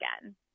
again